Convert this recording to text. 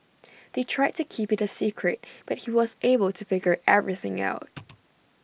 they tried to keep IT A secret but he was able to figure everything out